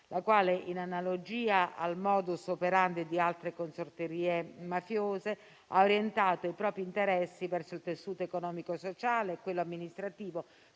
la quale, in analogia al *modus operandi* di altre consorterie mafiose, ha orientato i propri interessi verso il tessuto economico e sociale e quello amministrativo,